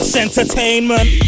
Entertainment